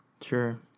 Sure